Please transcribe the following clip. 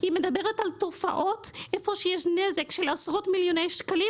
היא מדברת על תופעות שיש נזק של עשרות מיליוני שקל,